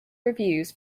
reviews